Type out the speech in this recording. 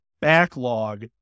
backlog